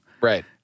right